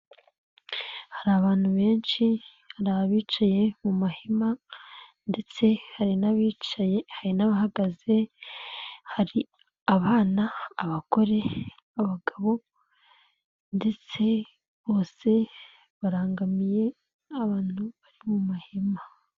Hari abantu benshi, abicaye mu mahema ndetse hari n'abicaye, n'abahagaze, hari abana abagore n'abagabo ndetse bose barangamiye abantu bari mu mahema.